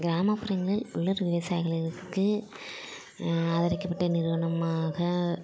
கிராமப்புறங்கள் உள்ளூர் விவசாயிகளுக்கு ஆதரிக்கப்பட்ட நிறுவனம் ஆக